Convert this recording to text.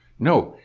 no,